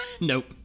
Nope